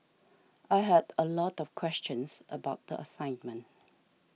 I had a lot of questions about the assignment